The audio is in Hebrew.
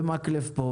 גם מקלב פה,